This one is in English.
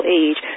age